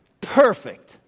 Perfect